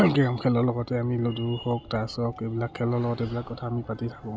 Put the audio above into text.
game খেলৰ লগতে আমি লুডু হওক তাছ হওক এইবিলাক খেলৰ লগতে এইবিলাক কথা আমি পাতি থাকোঁ